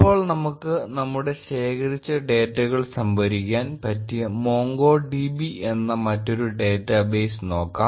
ഇപ്പോൾ നമുക്ക് നമ്മുടെ ശേഖരിച്ച ഡേറ്റകൾ സംഭരിക്കാൻ പറ്റിയ MongoDB എന്ന മറ്റൊരു ഡേറ്റാബേസ് നോക്കാം